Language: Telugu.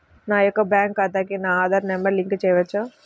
నా యొక్క బ్యాంక్ ఖాతాకి నా ఆధార్ నంబర్ లింక్ చేయవచ్చా?